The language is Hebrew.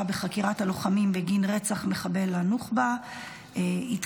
בחקירת הלוחמים בגין רצח מחבל נוח'בה התקבלה,